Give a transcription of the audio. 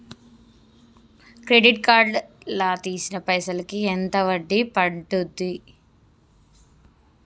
Credit card లా తీసిన పైసల్ కి ఎంత వడ్డీ పండుద్ధి?